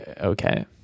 okay